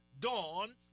dawn